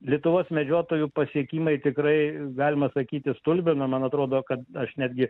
lietuvos medžiotojų pasiekimai tikrai galima sakyti stulbina man atrodo kad aš netgi